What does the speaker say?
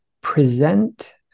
present